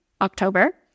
October